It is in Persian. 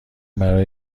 برای